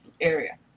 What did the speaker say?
area